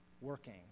working